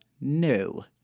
no